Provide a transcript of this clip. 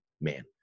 man